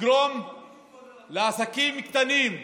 נגרום לעסקים קטנים,